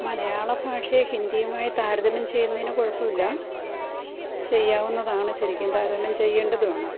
മലയാളഭാഷയെ ഹിന്ദിയുമായി താരതമ്യം ചെയ്യുന്നതിന് കുഴപ്പമില്ല ചെയ്യാവുന്നതാണ് ശരിക്കും താരതമ്യം ചെയ്യേണ്ടതുമാണ്